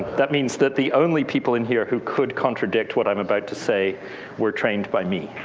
that means that the only people in here who could contradict what i'm about to say we're trained by me.